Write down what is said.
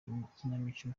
ikinamico